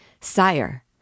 Sire